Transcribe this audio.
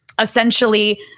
essentially